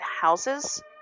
houses